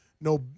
no